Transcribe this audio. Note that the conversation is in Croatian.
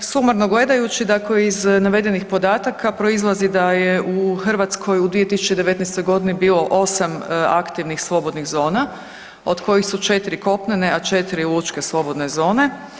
Sumarno gledajući dakle iz navedenih podataka proizlazi da je u Hrvatskoj u 2019. godini bilo 8 aktivnih slobodnih zona, od kojih su 4 kopnene, a 4 lučke slobodne zone.